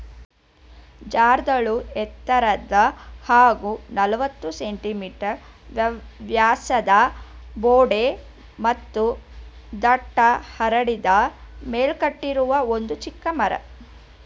ಜರ್ದಾಳು ಎತ್ತರದ ಹಾಗೂ ನಲವತ್ತು ಸೆ.ಮೀ ವ್ಯಾಸದ ಬೊಡ್ಡೆ ಮತ್ತು ದಟ್ಟ ಹರಡಿದ ಮೇಲ್ಕಟ್ಟಿರುವ ಒಂದು ಚಿಕ್ಕ ಮರ